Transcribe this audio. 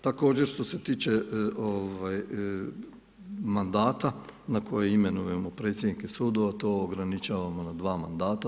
Također, što se tiče mandata na koji imenujemo predsjednike sudova, to ograničavamo na dva mandata.